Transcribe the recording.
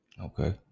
okay